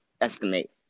estimate